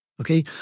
Okay